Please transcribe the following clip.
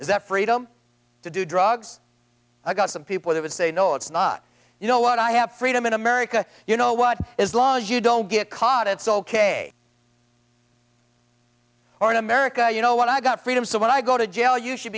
is that freedom to do drugs i got some people who would say no it's not you know what i have freedom in america you know what is laws you don't get caught it's ok or in america you know what i got freedom so when i go to jail you should